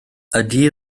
ydy